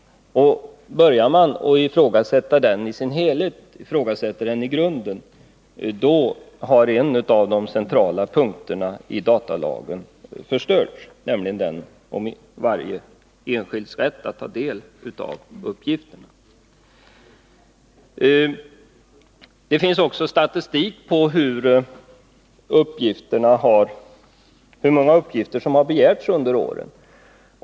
Och börjar man att i grunden ifrågasätta den paragrafen i dess helhet, då har en av de centrala punkterna av datalagen förstörts, nämligen den som värnar om varje enskilds rätt att ta del av uppgifterna. Det finns också statistik över hur många uppgifter som har begärts under åren.